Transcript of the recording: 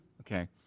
Okay